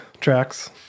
tracks